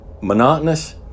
monotonous